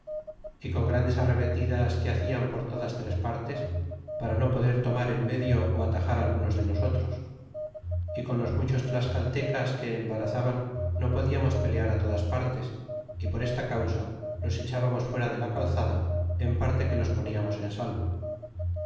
y con grandes arremetidas que hacian por todas tres partes para no poder tomar en medio á atajar algunos de nosotros y con los muchos tlascaltecas que embarazaban no podiamos pelear todas partes é por esta causa los echábamos fuera de la calzada en parte que los poniamos en salvo